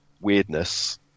weirdness